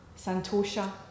Santosha